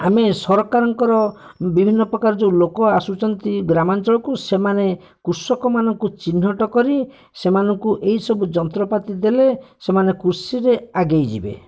ଆମେ ସରକାରଙ୍କର ବିଭିନ୍ନ ପ୍ରକାର ଯୋଉ ଲୋକ ଆସୁଛନ୍ତି ଗ୍ରାମାଞ୍ଚଳକୁ ସେମାନେ କୃଷକମାନଙ୍କୁ ଚିହ୍ନଟ କରି ସେମାନଙ୍କୁ ଏଇ ସବୁ ଯନ୍ତ୍ରପାତି ଦେଲେ ସେମାନେ କୃଷିରେ ଆଗେଇଯିବେ